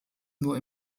nur